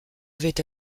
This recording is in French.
avait